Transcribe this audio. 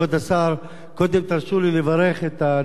קודם תרשו לי לברך את הנשים הדרוזיות